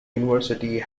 university